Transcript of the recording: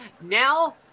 Now